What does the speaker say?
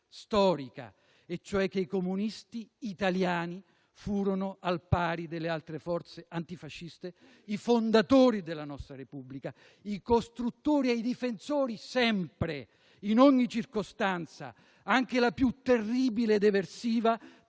storica e cioè che i comunisti italiani, al pari delle altre forze antifasciste, furono i fondatori della nostra Repubblica, i costruttori e i difensori - sempre, in ogni circostanza, anche la più terribile ed eversiva